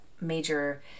major